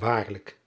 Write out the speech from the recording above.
aarlijk